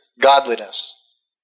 godliness